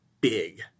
big